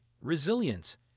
resilience